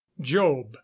job